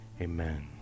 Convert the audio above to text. Amen